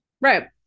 Right